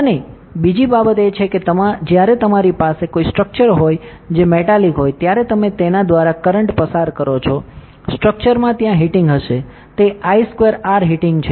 અને બીજી બાબત એ છે કે જ્યારે તમારી પાસે કોઈ સ્ટ્રક્ચર હોય જે મેટાલિક હોય ત્યારે તમે તેના દ્વારા કરંટ પસાર કરો છો સ્ટ્રક્ચરમાં ત્યાં હીટિંગ હશે તે I2R હીટિંગ છે